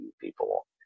people